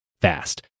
fast